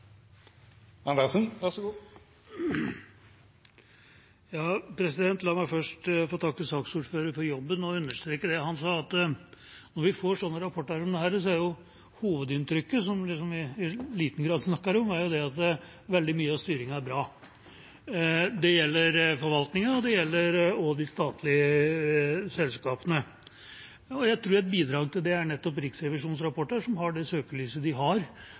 La meg først få takke saksordføreren for jobben og understreke det han sa, at når vi får rapporter som dette, er hovedinntrykket, som vi i liten grad snakker om, at veldig mye av styringen er bra. Det gjelder forvaltningen og de statlige selskapene. Jeg tror et bidrag til det er nettopp Riksrevisjonens rapporter, som har det søkelyset de har